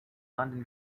london